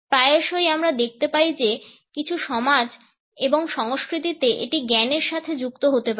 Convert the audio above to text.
প্রায়শই আমরা দেখতে পাই যে কিছু সমাজ এবং সংস্কৃতিতে এটি জ্ঞানের সাথে যুক্ত হতে পারে